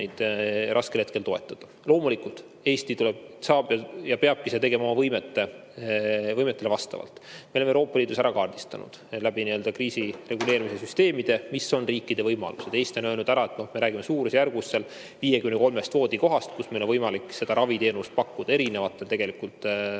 seda teha ja peabki seda tegema oma võimetele vastavalt. Me oleme Euroopa Liidus ära kaardistanud läbi kriisireguleerimise süsteemide, mis on riikide võimalused. Eesti on öelnud, et me räägime suurusjärgus 53 voodikohast, kus meil on võimalik seda raviteenust pakkuda, tegelikult erinevatel